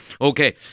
Okay